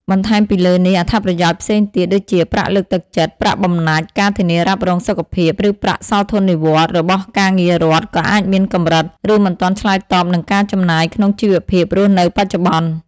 បន្ថែមពីលើនេះ អត្ថប្រយោជន៍ផ្សេងទៀត ដូចជាប្រាក់លើកទឹកចិត្ត ប្រាក់បំណាច់ ការធានារ៉ាប់រងសុខភាព ឬប្រាក់សោធននិវត្តន៍ របស់ការងាររដ្ឋ ក៏អាចមានកម្រិត ឬមិនទាន់ឆ្លើយតបនឹងការចំណាយក្នុងជីវភាពរស់នៅបច្ចុប្បន្ន។